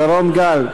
שרון גל,